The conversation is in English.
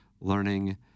Learning